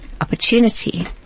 opportunity